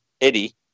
Eddie